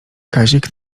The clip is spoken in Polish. kazik